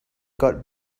got